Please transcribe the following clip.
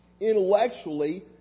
Intellectually